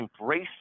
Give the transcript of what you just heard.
embrace